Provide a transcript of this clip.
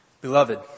Beloved